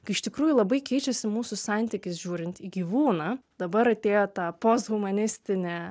kai iš tikrųjų labai keičiasi mūsų santykis žiūrint į gyvūną dabar atėjo tą posthumanistinė